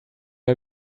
are